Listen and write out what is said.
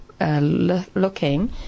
Looking